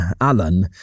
Alan